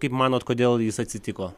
kaip manot kodėl jis atsitiko